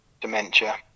dementia